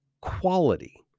quality